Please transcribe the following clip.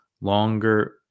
longer